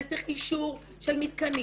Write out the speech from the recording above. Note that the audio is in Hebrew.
זה צריך אישור של מתקנים,